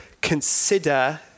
consider